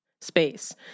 space